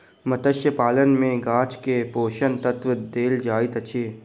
मत्स्य पालन में माँछ के पोषक तत्व देल जाइत अछि